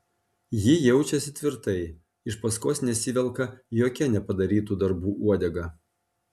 ji jaučiasi tvirtai iš paskos nesivelka jokia nepadarytų darbų uodega